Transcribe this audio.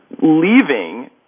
leaving